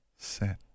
Set